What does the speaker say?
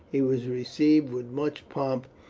he was received with much pomp,